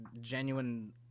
genuine